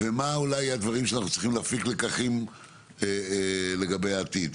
ומה הדברים שאנחנו צריכים להפיק לקחים לגביהם לגבי העתיד.